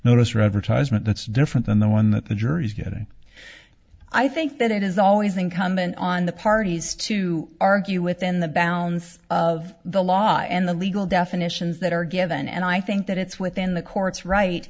notice rever ties but that's different than the one that the jury's getting i think that it is always incumbent on the parties to argue within the bounds of the law and the legal definitions that are given and i think that it's within the court's right